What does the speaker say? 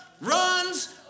runs